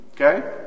Okay